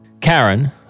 Karen